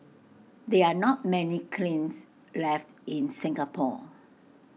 there are not many kilns left in Singapore